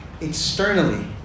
externally